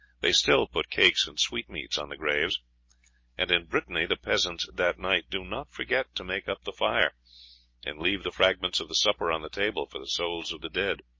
they still put cakes and sweetmeats on the graves and in brittany the peasants that night do not forget to make up the fire and leave the fragments of the supper on the table for the souls of the dead.